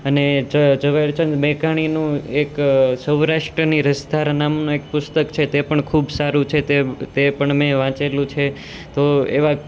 અને જ જ ઝવેરચંદ મેઘાણીનું એક સૌરાષ્ટ્રની રસધારા નામનું પુસ્તક છે તે પણ ખૂબ સારું છે તે પણ મેં વાંચેલું છે તો એવા